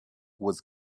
was